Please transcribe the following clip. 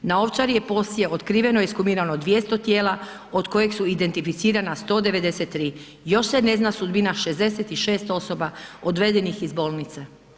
Na Ovčari je poslije otkriveno i ekshumirano 200 tijela od kojeg su identificirana 193, još se ne zna sudbina 66 osoba odvedenih iz bolnice.